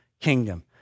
kingdom